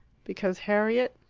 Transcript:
because harriet?